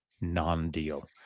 non-deal